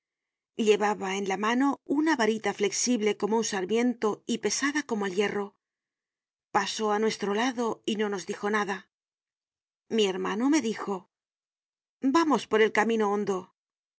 llevaba en la mano una varita flexible como un sarmiento y pesada como el hier ro pasó á nuestro lado y no nos dijo nada t mi hermano me dijo vamos por el camino hondo